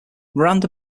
miranda